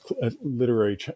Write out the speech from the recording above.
literary